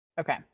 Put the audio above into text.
Okay